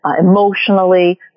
emotionally